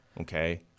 okay